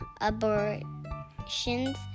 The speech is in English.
abortions